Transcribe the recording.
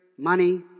Money